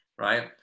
right